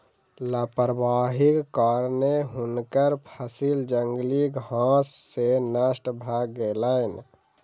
लापरवाहीक कारणेँ हुनकर फसिल जंगली घास सॅ नष्ट भ गेलैन